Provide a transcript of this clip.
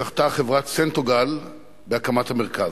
זכתה חברת "סנטוגל" בהקמת המרכז.